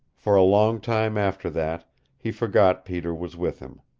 for a long time after that he forgot peter was with him.